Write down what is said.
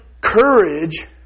courage